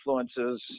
influences